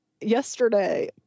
yesterday